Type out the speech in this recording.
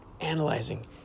analyzing